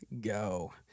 go